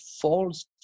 false